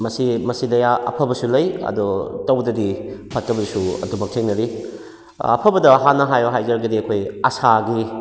ꯃꯁꯤ ꯃꯁꯤꯗ ꯑꯐꯕꯁꯨ ꯂꯩ ꯑꯗꯣ ꯇꯧꯕꯗꯗꯤ ꯐꯠꯇꯕꯁꯨ ꯑꯗꯨꯃꯛ ꯊꯦꯡꯅꯔꯤ ꯑꯐꯕꯗ ꯍꯥꯟꯅ ꯍꯥꯏꯌꯣ ꯍꯥꯏꯔꯒꯗꯤ ꯑꯩꯈꯣꯏ ꯑꯁꯥꯒꯤ